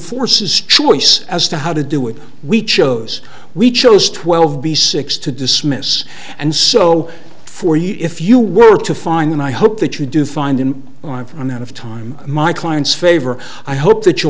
force is choice as to how to do it we chose we chose twelve b six to dismiss and so for you if you were to find and i hope that you do find him on for amount of time my clients favor i hope that you